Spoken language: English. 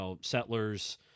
settlers